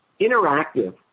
interactive